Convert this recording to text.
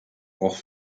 auch